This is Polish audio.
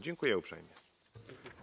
Dziękuję uprzejmie.